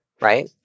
right